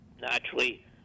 naturally